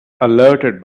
alerted